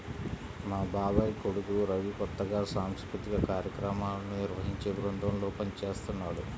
మా బాబాయ్ కొడుకు రవి కొత్తగా సాంస్కృతిక కార్యక్రమాలను నిర్వహించే బృందంలో పనిజేత్తన్నాడు